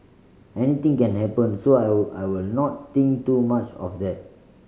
anything can happen so I I will not think too much of that